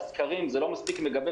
והסקרים לא מספיק מגבים,